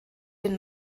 den